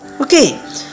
Okay